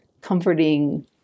comforting